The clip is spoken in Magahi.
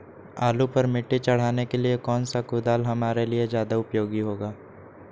आलू पर मिट्टी चढ़ाने के लिए कौन सा कुदाल हमारे लिए ज्यादा उपयोगी होगा?